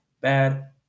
Bad